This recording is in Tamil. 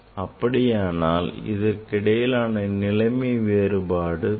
அப்படியானால் அதற்கு இடையிலான நிலைமை வேறுபாடு pi